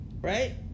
Right